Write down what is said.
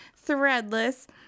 Threadless